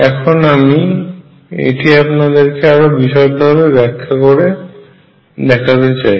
এখন আমি এটি আপনাদেরকে আরো বিষদভাবে ব্যাখ্যা করে দেখাতে চাই